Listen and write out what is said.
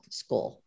school